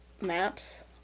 maps